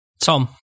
Tom